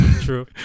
True